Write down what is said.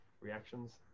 reactions